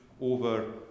over